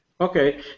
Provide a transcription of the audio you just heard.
Okay